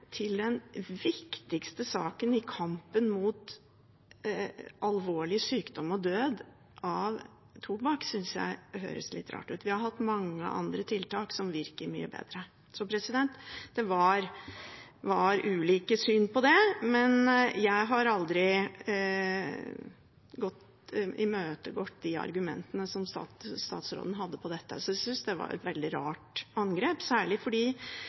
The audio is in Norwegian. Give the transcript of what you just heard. til den viktigste saken i kampen mot alvorlig sykdom og død som skyldes tobakk, synes jeg høres litt rart ut. Vi har hatt mange andre tiltak som virker mye bedre. Så det var ulike syn på det, men jeg har aldri imøtegått de argumentene som statsråden hadde på dette. Jeg synes det var et veldig rart angrep, særlig fordi